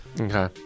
Okay